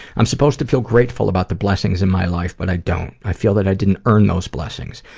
i'm supposed to feel grateful about the blessings in my life, but i don't. i feel that i didn't earn those blessings.